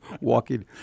Walking